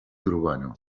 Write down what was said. urbano